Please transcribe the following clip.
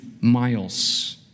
miles